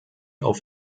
auf